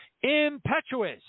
impetuous